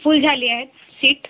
फुल झाल्या आहेत सीट